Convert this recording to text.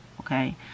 okay